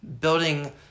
building